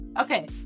Okay